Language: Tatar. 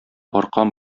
аркан